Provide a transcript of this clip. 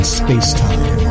space-time